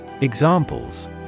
Examples